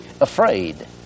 afraid